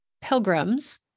pilgrims